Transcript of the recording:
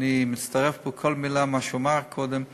ואני מצטרף פה לכל מילה שהוא אמר קודם,